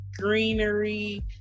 greenery